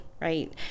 right